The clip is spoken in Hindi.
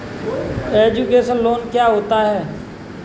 एजुकेशन लोन क्या होता है?